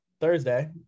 Thursday